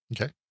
Okay